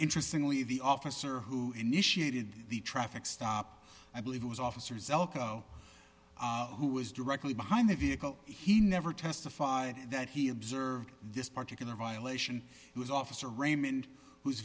interesting only the officer who initiated the traffic stop i believe it was officer zelikow who was directly behind the vehicle he never testified that he observed this particular violation was officer raymond who